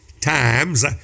times